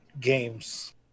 games